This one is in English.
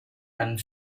and